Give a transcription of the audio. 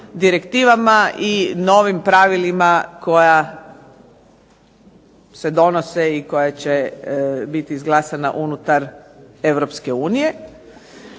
i novim pravilima koja se donose i koja će biti izglasana unutar Europske unije.